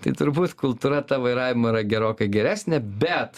tai turbūt kultūra ta vairavimo yra gerokai geresnė bet